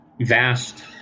vast